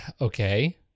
Okay